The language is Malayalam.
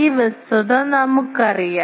ഈ വസ്തുത നമുക്കറിയാം